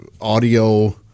audio